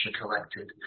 collected